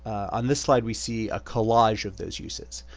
on this slide, we see a collage of those uses.